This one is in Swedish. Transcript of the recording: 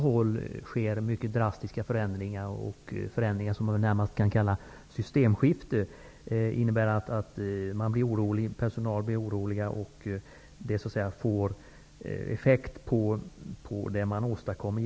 Det sker många drastiska förändringar -- det kan nästan kallas för systemskifte -- som innebär att personal blir orolig, och det ger effekt på det som man gemensamt åstadkommer.